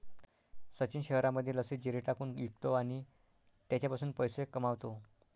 सचिन शहरामध्ये लस्सीत जिरे टाकून विकतो आणि त्याच्यापासून पैसे कमावतो